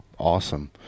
awesome